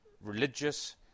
religious